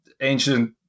ancient